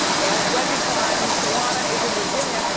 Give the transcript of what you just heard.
ask wendy time. tiwana is in virginia.